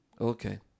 Okay